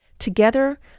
Together